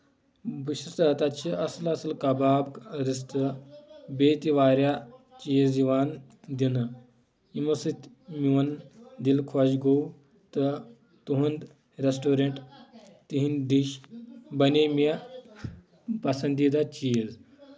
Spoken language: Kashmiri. بہٕ چھُس تَتہِ چھِ اَصٕل اَصل کَباب رِستہٕ بیٚیہِ تہِ واریاہ چیٖز یِوان دِنہٕ یِمو سۭتۍ میون دِل خۄش گوٚو تہٕ تُہنٛد ریٚسٹورَنٹ تِہنٛدۍ ڈِش بَنے مےٚ پسنٛدیٖدٕ چیٖز